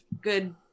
good